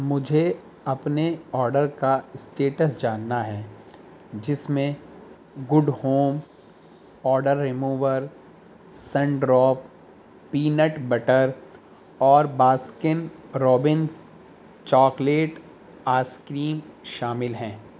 مجھے اپنے آرڈر کا اسٹیٹس جاننا ہے جس میں good home odour remover Sundrop peanut butter اور Baskin Robbins chocolate ice cream شامل ہیں